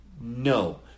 No